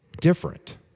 different